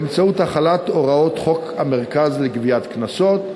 באמצעות החלת הוראות חוק המרכז לגביית קנסות,